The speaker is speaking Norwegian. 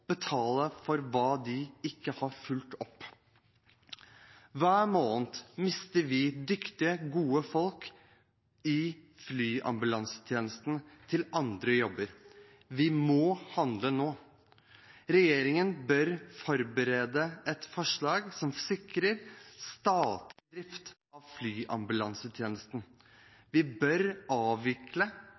betale for hva de ikke har fulgt opp. Hver måned mister vi dyktige, gode folk i flyambulansetjenesten til andre jobber. Vi må handle nå. Regjeringen bør forberede et forslag som sikrer statlig drift av flyambulansetjenesten. Vi bør avvikle